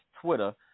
Twitter